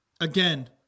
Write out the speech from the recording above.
again